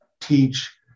teach